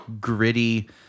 gritty